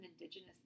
indigenous